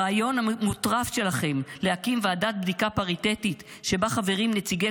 הרעיון המוטרף שלכם להקים ועדת בדיקה פריטטית שבה חברים נציגי